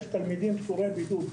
תלמידים פטורי בידוד.